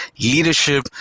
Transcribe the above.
leadership